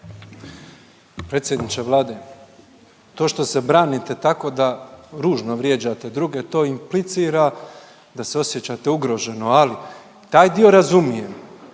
Predsjedniče Vlade, to što se branite tako da ružno vrijeđate druge, to implicira da se osjećate ugroženo. Ali, taj dio razumijem.